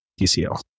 DCL